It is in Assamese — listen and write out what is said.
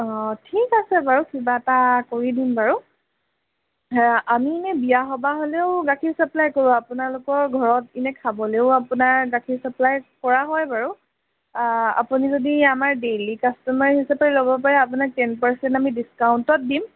অঁ ঠিক আছে বাৰু কিবা এটা কৰি দিম বাৰু আমি এনে বিয়া সবাহলৈও গাখীৰ ছাপ্লাই কৰোঁ আপোনালোকৰ ঘৰত এনে খাবলৈও আপোনাৰ গাখীৰ ছাপ্লাই কৰা হয় বাৰু আপুনি যদি আমাৰ ডেইলী কাষ্টমাৰ হিচাপে ল'ব পাৰে আপোনাক টেন পাৰ্চেণ্ট আমি ডিছকাউণ্টত দিম